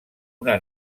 una